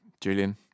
Julian